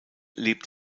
lebt